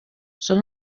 són